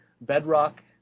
bedrock